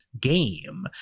game